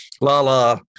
Lala